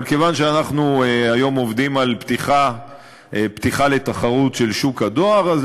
אבל כיוון שאנחנו עובדים היום על פתיחה של שוק הדואר לתחרות,